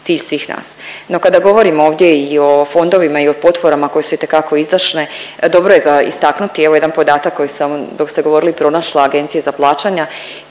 cilj svih nas. No, kada govorimo ovdje i o fondovima i o potporama koje su itekako izdašne dobro je za istaknuti evo jedan podatak koji sam dok ste govorili pronašla Agencije za plaćanja